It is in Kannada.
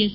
ಎಸ್